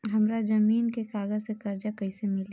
हमरा जमीन के कागज से कर्जा कैसे मिली?